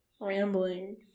Rambling